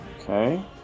Okay